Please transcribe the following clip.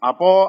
Apo